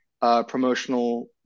promotional